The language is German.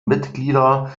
mitglieder